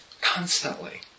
constantly